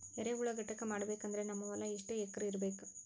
ಎರೆಹುಳ ಘಟಕ ಮಾಡಬೇಕಂದ್ರೆ ನಮ್ಮ ಹೊಲ ಎಷ್ಟು ಎಕರ್ ಇರಬೇಕು?